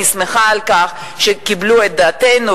אני שמחה על כך שקיבלו את דעתנו,